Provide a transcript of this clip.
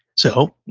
so,